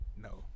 No